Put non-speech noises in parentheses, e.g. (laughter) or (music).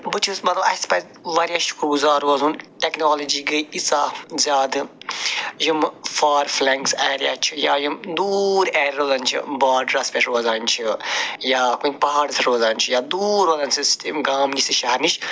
بہٕ چھُس مطلب اَسہِ پَزِ واریاہ شُکُر گُزار روزُن ٹٮ۪کنالجی گٔے ییٖژاہ زیادٕ یِمہٕ فار فٕلَنٛگٕس ایرِیا چھِ یا یِم دوٗر ایرِلَن چھِ باڈرَس پٮ۪ٹھ روزان چھِ یا کُنہِ پہاڑَس (unintelligible) روزان چھِ یا دوٗر (unintelligible) یِم گامہٕ نِش تہِ شہرٕ نِش